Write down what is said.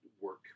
work